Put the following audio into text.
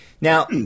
Now